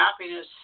happiness